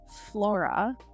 Flora